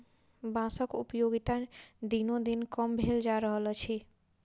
बाँसक उपयोगिता दिनोदिन कम भेल जा रहल अछि